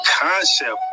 concept